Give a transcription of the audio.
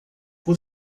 por